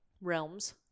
realms